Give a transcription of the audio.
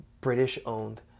British-owned